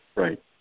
Right